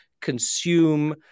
consume